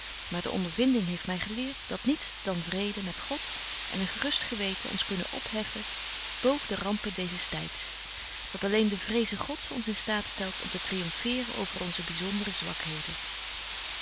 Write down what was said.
maar de ondervinding heeft my geleert dat niets dan vrede met god en een gerust geweten ons kunnen opheffen boven de rampen deezes tyds dat alleen de vreze gods ons in staat stelt om te triomfeeren over onze byzondere